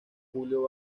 julio